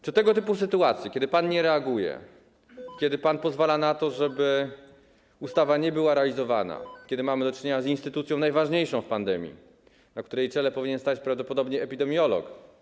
Czy tego typu sytuacje, kiedy pan nie reaguje, kiedy pan pozwala na to, żeby ustawa nie była realizowana, kiedy mamy do czynienia z instytucją najważniejszą w pandemii, na której czele powinien stać prawdopodobnie epidemiolog.